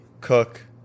Cook